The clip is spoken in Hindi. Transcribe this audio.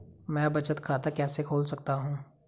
मैं बचत खाता कैसे खोल सकता हूँ?